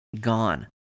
gone